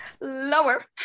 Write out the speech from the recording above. lower